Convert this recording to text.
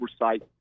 Oversight